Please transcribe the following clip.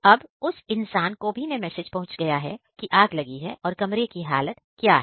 अब उस इंसान को भी मैसेज पहुंच गया कि आग लगी है और कमरे की हालत क्या है